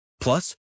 Plus